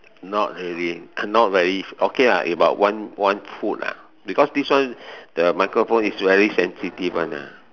not really not very okay lah it about one one foot ah because this one the microphone is very sensitive one ah